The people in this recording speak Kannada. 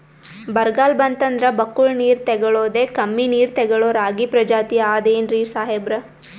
ಬರ್ಗಾಲ್ ಬಂತಂದ್ರ ಬಕ್ಕುಳ ನೀರ್ ತೆಗಳೋದೆ, ಕಮ್ಮಿ ನೀರ್ ತೆಗಳೋ ರಾಗಿ ಪ್ರಜಾತಿ ಆದ್ ಏನ್ರಿ ಸಾಹೇಬ್ರ?